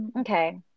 okay